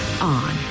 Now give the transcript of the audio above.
on